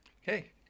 Hey